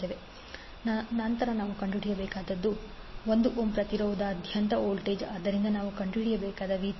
1F1jωC j2 ನಂತರ ನಾವು ಕಂಡುಹಿಡಿಯಬೇಕಾದದ್ದು 1 ಓಮ್ ಪ್ರತಿರೋಧದಾದ್ಯಂತದ ವೋಲ್ಟೇಜ್ ಆದ್ದರಿಂದ ನಾವು ಕಂಡುಹಿಡಿಯಬೇಕಾದ V3